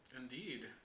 Indeed